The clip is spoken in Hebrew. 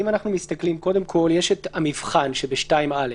קודם כל, יש את המבחן ב-2(א)